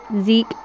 Zeke